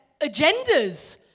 agendas